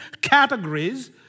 categories